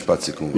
משפט סיכום.